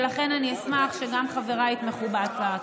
ולכן אני אשמח שגם חבריי יתמכו בהצעה.